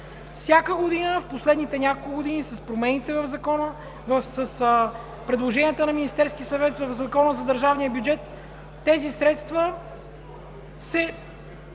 Всяка година в последните няколко години с предложенията на Министерския съвет в Закона за държавния бюджет тези средства се